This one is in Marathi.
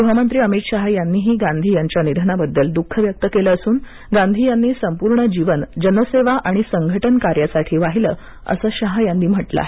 गृहमंत्री अमित शाह यांनी गांधी यांच्या निधनाबद्दल दुःख व्यक्त केलं असून गांधी यांनी संपूर्ण जीवन जनसेवा आणि संघटन कार्यासाठी वाहिलं असं शाह यांनी म्हटलं आहे